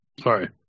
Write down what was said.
Sorry